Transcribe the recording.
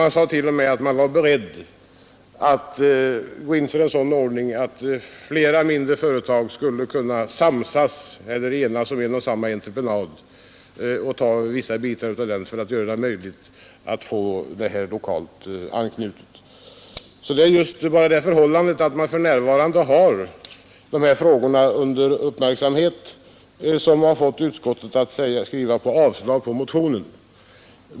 Man sade t.o.m. att man var beredd att gå in för en sådan ordning att flera mindre företag skulle kunna enas om en och samma entreprenad och ta vissa delar vardera av den för att möjliggöra lokal anknytning. Det är bara det förhållandet att man för närvarande har dessa frågor under uppmärksamhet som fått utskottet att avstyrka motionen.